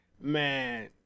Man